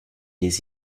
les